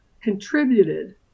contributed